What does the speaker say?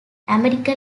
american